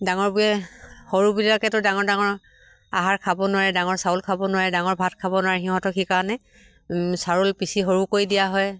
ডাঙৰবোৰে সৰুবিলাকেতো ডাঙৰ ডাঙৰ আহাৰ খাব নোৱাৰে ডাঙৰ চাউল খাব নোৱাৰে ডাঙৰ ভাত খাব নোৱাৰে সিহঁতক সেইকাৰণে চাউল পিচি সৰু কৰি দিয়া হয়